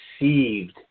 received